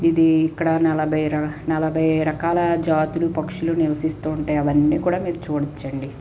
ఇది ఇక్కడ నలభై నలభై రకాల జాతులు పక్షులు నివసిస్తూ ఉంటాయి అవన్నీ కూడా మీరు చూడొచ్చండి